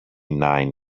nine